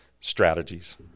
strategies